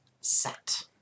set